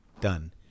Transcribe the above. Done